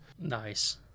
Nice